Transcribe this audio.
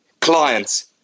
clients